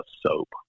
soap